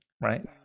right